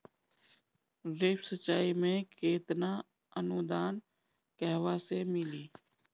Drip सिंचाई मे केतना अनुदान कहवा से मिली?